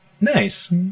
Nice